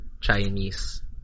Chinese